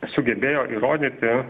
sugebėjo įrodyti